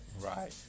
Right